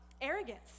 arrogance